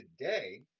Today